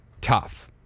tough